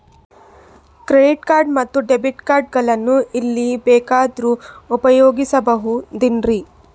Credit card ಮತ್ತು debit card ಗಳನ್ನು ಎಲ್ಲಿ ಬೇಕಾದ್ರು ಉಪಯೋಗಿಸಬಹುದೇನ್ರಿ?